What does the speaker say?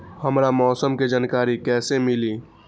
हमरा मौसम के जानकारी कैसी मिली?